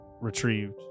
retrieved